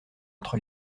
entre